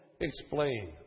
explained